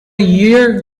year